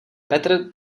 petr